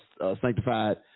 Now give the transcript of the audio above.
sanctified